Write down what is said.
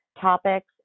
topics